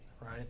right